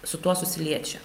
su tuo susiliečia